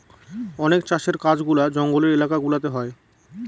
অনেক চাষের কাজগুলা জঙ্গলের এলাকা গুলাতে হয়